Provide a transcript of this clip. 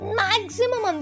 maximum